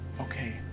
okay